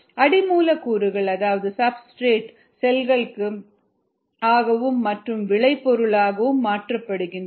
அடி மூலக்கூறுகள் அதாவது சப்ஸ்டிரேட்ஸ் செல்கள் ஆகவும் மற்றும் விளை பொருட்களாகவும் மாற்றப்படுகின்றன